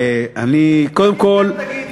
אם כן, תגיד לי.